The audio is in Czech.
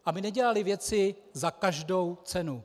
Aby nedělali věci za každou cenu.